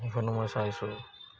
এইখনো মই চাইছোঁ